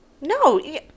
no